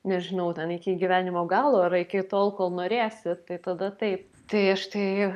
nežinau ten iki gyvenimo galo ar iki tol kol norėsi tai tada taip tai aš tai